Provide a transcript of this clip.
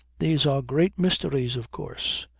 these are great mysteries, of course.